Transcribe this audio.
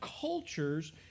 cultures